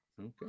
Okay